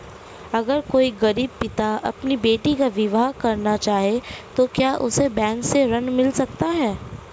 अगर कोई गरीब पिता अपनी बेटी का विवाह करना चाहे तो क्या उसे बैंक से ऋण मिल सकता है?